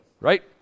right